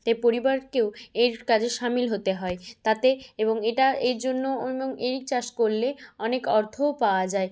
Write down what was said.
তাই পরিবারকেও এর কাজে সামিল হতে হয় তাতে এবং এটা এর জন্য এবং এই চাষ করলে অনেক অর্থও পাওয়া যায়